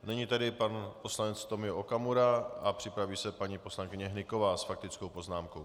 Nyní tedy pan poslanec Tomio Okamura a připraví se paní poslankyně Hnyková s faktickou poznámkou.